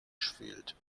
fehlt